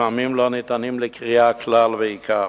ולפעמים לא ניתנים לקריאה כלל ועיקר.